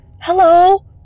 hello